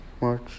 March